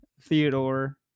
theodore